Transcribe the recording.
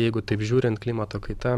jeigu taip žiūrint klimato kaita